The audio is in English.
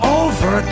over